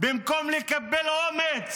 במקום לקבל אומץ,